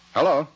Hello